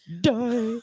die